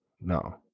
No